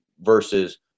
versus